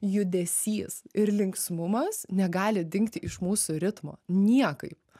judesys ir linksmumas negali dingti iš mūsų ritmo niekaip